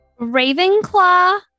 Ravenclaw